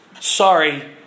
sorry